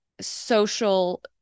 social